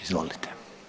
Izvolite.